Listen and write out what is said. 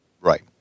Right